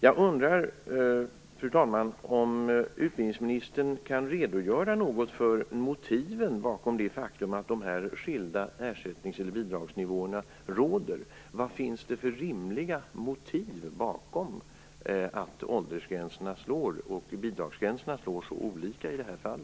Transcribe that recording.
Jag undrar, fru talman, om utbildningsministern kan redogöra något för motiven bakom det faktum att det råder skilda bidragsnivåer. Vad finns det för rimliga motiv bakom att ålders och bidragsgränserna slår så olika i detta fall?